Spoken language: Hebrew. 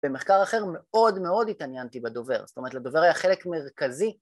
במחקר אחר מאוד מאוד התעניינתי בדובר, זאת אומרת לדובר היה חלק מרכזי